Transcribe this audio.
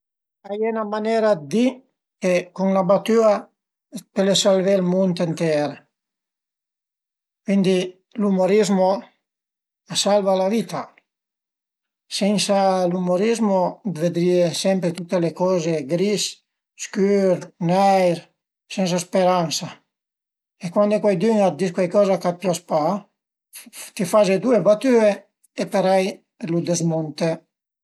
A ie 'na manera dë di che cun 'na batüa pöle salvé ël mund ënter, cuindi l'umorizmo a salva la vita, sensa l'umorizmo vëdrìe sempre tüte le coze gris, scür, neir, sensa speransa e cuandi cuaidün a t'dis cuaicoza ch'a t'pias pa ti faze due batüe e parei lu dezmunte